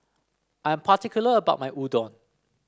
I'm particular about my Udon